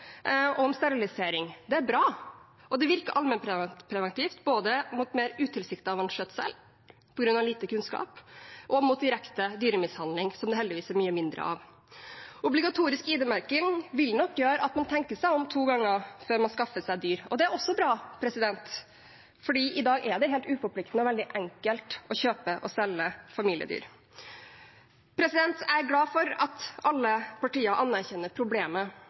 og sterilisering. Det er bra, og det virker allmennpreventivt både mot utilsiktet vanskjøtsel på grunn av lite kunnskap og mot direkte dyremishandling, som det heldigvis er mye mindre av. Obligatorisk ID-merking vil nok gjøre at man tenker seg om to ganger før man skaffer seg dyr, og det er også bra, for i dag er det helt uforpliktende og veldig enkelt å kjøpe og selge familiedyr. Jeg er glad for at alle partier anerkjenner problemet,